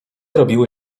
robiły